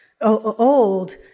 old